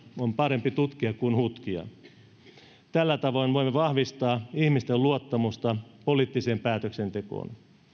on parempi tutkia tällä tavoin voimme vahvistaa ihmisten luottamusta poliittiseen päätöksentekoon